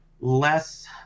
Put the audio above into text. less